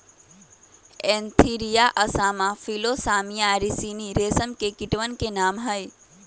Antheraea असामा फिलोसामिया रिसिनी रेशम के कीटवन के नाम हई